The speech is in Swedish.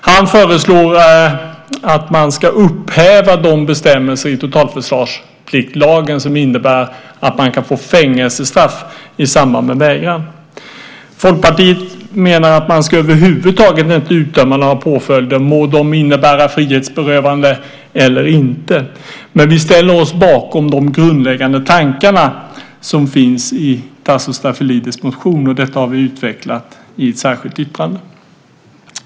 Han föreslår att man ska upphäva de bestämmelser i totalförsvarspliktlagen som innebär att man kan få fängelsestraff i samband med vägran. Folkpartiet menar att man över huvud taget inte ska utdöma några påföljder, må de innebära frihetsberövande eller inte. Men vi ställer oss bakom de grundläggande tankarna som finns i Tasso Stafilidis motion, och detta har vi utvecklat i ett särskilt yttrande.